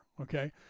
Okay